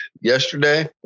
yesterday